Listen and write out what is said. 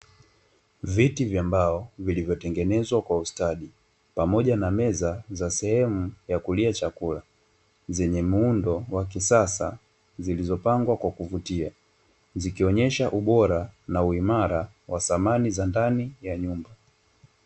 Viti vya mbao vilivyotengenezwa kwa ustadi, pamoja na meza za sehemu ya kulia chakula; zenye muundo wa kisasa zilizopangwa kwa kuvutia. Zikionyesha ubora na uimara wa samani ya nyumba.